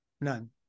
None